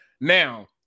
Now